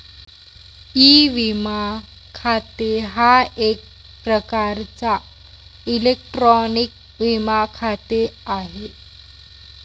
E विमा खाते हा एक प्रकारचा इलेक्ट्रॉनिक विमा खाते आहे